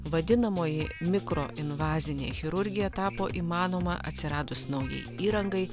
vadinamoji mikroinvazinė chirurgija tapo įmanoma atsiradus naujai įrangai